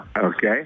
Okay